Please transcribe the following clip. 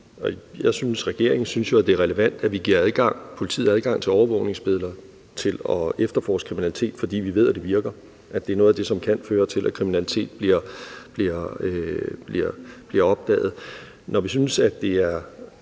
synes jo, det er relevant, at vi giver politiet adgang til overvågningsbilleder til at efterforske kriminalitet, fordi vi ved, at det virker – at det er noget af det, som kan føre til, at kriminalitet bliver opklaret. Når vi synes, at det er